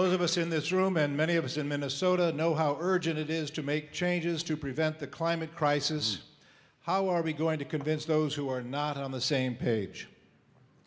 those of us in this room and many of us in minnesota know how urgent it is to make changes to prevent the climate crisis how are we going to convince those who are not on the same page